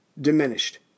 diminished